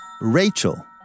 Rachel